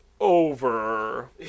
over